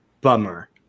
bummer